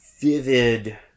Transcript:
vivid